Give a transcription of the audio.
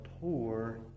poor